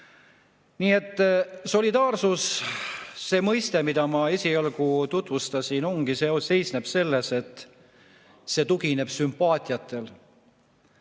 inimesed. Solidaarsus, see mõiste, mida ma esialgu tutvustasin, seisneb selles, et see tugineb sümpaatiatele.